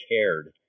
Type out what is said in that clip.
cared